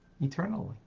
eternally